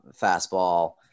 fastball